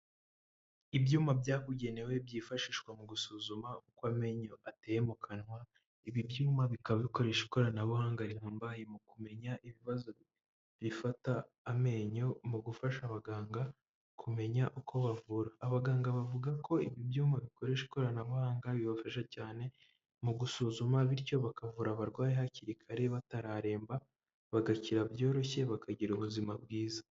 Ibyuma byabugenewe byifashishwa mu gusuzuma uko amenyo ateye mu kanwa, ibi byuma bikaba bikoresha ikoranabuhanga rihambaye mu kumenya ibibazo bifata amenyo mu gufasha abaganga kumenya uko bavura. Abaganga bavuga ko ibi byuma bikoresha ikoranabuhanga bibafasha cyane mu gusuzuma bityo bakavura abarwayi hakiri kare batararemba, bagakira byoroshye bakagira ubuzima bwiza.